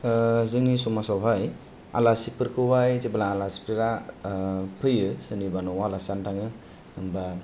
जोंनि समाजआव हाय आलासिफोरखौ हाय जेब्ला आलासिफोरा फैयो सोरनिबा न'आव लासि जानो थाङो होनबा